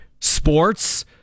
sports